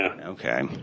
Okay